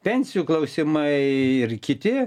pensijų klausimai ir kiti